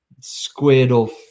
squared-off